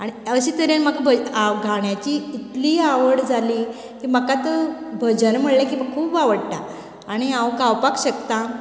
आनी अशें तरेन म्हाका गाण्याची इतली आवड जाली की म्हाका आतां भजन म्हणले की म्हाका खूब आवडटा आनी हांव गांवपाक शकता